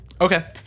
Okay